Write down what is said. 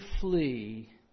flee